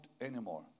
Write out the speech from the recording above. anymore